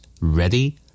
Ready